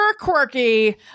quirky